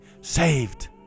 saved